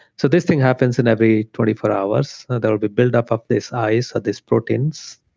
so this thing happens in every twenty four hours. there will be build up of this ice or these proteins